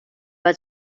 bei